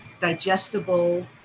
digestible